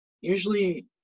Usually